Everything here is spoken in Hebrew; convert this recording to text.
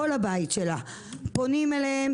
פונים אליהם